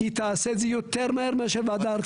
היא תעה את זה יותר מהר מאשר הוועדה הארצית.